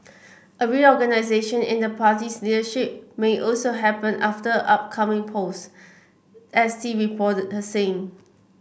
a reorganisation in the party's leadership may also happen after upcoming polls S T reported her saying